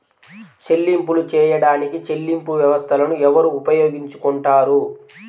చెల్లింపులు చేయడానికి చెల్లింపు వ్యవస్థలను ఎవరు ఉపయోగించుకొంటారు?